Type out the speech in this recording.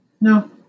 No